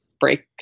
Break